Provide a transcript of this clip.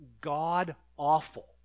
God-awful